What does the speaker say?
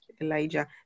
Elijah